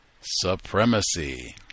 supremacy